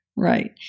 Right